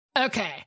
okay